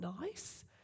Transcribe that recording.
nice